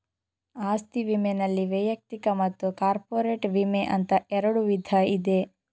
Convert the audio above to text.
ಆಸ್ತಿ ವಿಮೆನಲ್ಲಿ ವೈಯಕ್ತಿಕ ಮತ್ತು ಕಾರ್ಪೊರೇಟ್ ವಿಮೆ ಅಂತ ಎರಡು ವಿಧ ಇದೆ